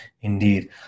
Indeed